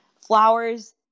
flowers